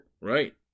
Right